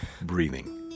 breathing